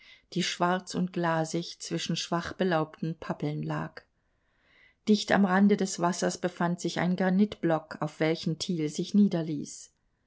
die schwarz und glasig zwischen schwach belaubten pappeln lag dicht am rande des wassers befand sich ein granitblock auf welchen thiel sich niederließ